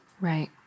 Right